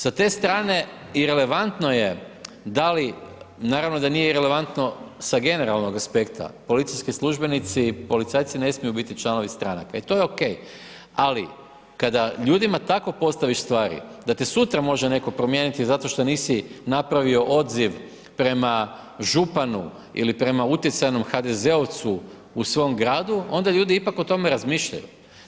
Sa te strane irelevantno je da li, naravno da nije irelevantno sa generalnog aspekta, policijski službenici i policajci ne smiju biti članovi stranaka i to je okej, ali kada ljudima tako postaviš stvari da te sutra može netko promijeniti zato što nisi napravio odziv prema županu ili prema utjecajnom HDZ-ovcu u svom gradu, onda ljudi ipak o tome razmišljaju.